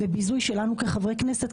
וביזוי שלנו כחברי כנסת.